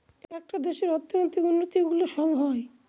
একটা দেশের অর্থনৈতিক উন্নতি গুলো সব হয়